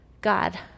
God